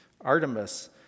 Artemis